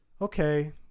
okay